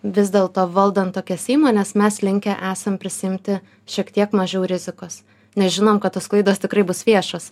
vis dėlto valdant tokias įmones mes linkę esam prisiimti šiek tiek mažiau rizikos nes žinom kad tos klaidos tikrai bus viešos